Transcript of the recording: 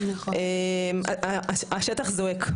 השטח זועק,